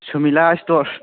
ꯁꯨꯃꯤꯂꯥ store